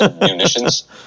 Munitions